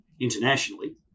internationally